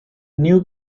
new